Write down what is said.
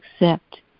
accept